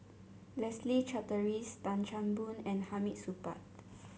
Leslie Charteris Tan Chan Boon and Hamid Supaat